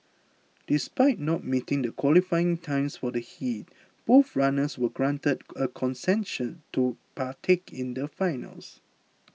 despite not meeting the qualifying time for the heat both runners were granted a concession to partake in the finals